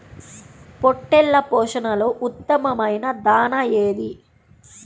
పొట్టెళ్ల పోషణలో ఉత్తమమైన దాణా ఏది?